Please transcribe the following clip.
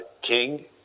King